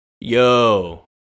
Yo